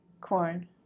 corn